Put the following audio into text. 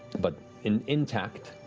but and intact.